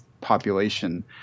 population